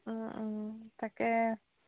তাকে